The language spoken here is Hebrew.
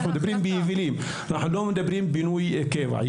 אנחנו מדברים על יבילים; לא על בינוי קבע.